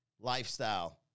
lifestyle